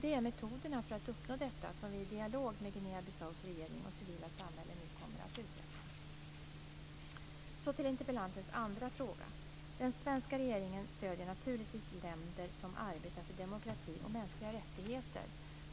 Det är metoderna för att uppnå detta som vi i dialog med Guinea-Bissaus regering och civila samhälle nu kommer att utveckla. Så till interpellantens andra fråga. Den svenska regeringen stöder naturligtvis länder som arbetar för demokrati och mänskliga rättigheter.